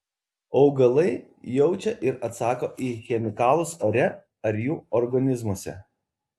augalai jaučia ir atsako į chemikalus ore ar jų organizmuose